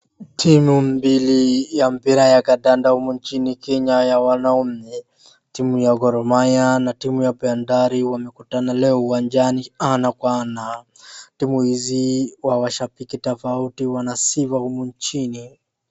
Timu mbili ya mpira ya kandanda humu nchini Kenya ya wanaume, timu ya Gor Mahia na timu ya Bandari wameutana leo uwanjani ana kwa ana. Timu hizi wa washambiki tofauti wana sifa humu nchini.